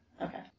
Okay